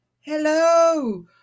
Hello